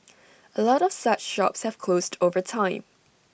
A lot of such shops have closed over time